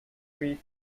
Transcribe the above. three